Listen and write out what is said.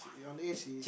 your underage is